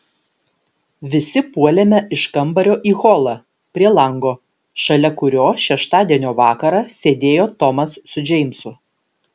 visi puolėme iš kambario į holą prie lango šalia kurio šeštadienio vakarą sėdėjo tomas su džeimsu